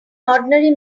ordinary